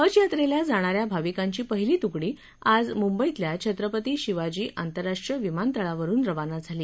हजयात्रेला जाणा या भाविकांची पहिली तुकडी आज मुंबईतल्या छत्रपती शिवाजी आंतरराष्ट्रीय विमानतळावरुन रवाना झाली